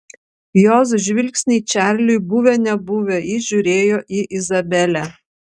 jos žvilgsniai čarliui buvę nebuvę jis žiūrėjo į izabelę